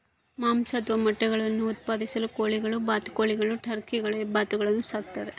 ಮಾಂಸ ಅಥವಾ ಮೊಟ್ಟೆಗುಳ್ನ ಉತ್ಪಾದಿಸಲು ಕೋಳಿಗಳು ಬಾತುಕೋಳಿಗಳು ಟರ್ಕಿಗಳು ಹೆಬ್ಬಾತುಗಳನ್ನು ಸಾಕ್ತಾರ